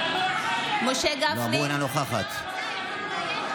אמרו "אינה נוכחת",